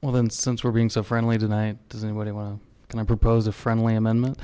well and since we're being so friendly tonight does anybody want to and i propose a friendly amendment